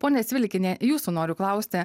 ponia cvilikiene jūsų noriu klausti